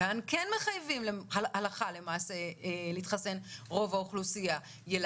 יש כאן שאלה של משרד הבריאות וזאת שאלה